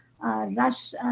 Rush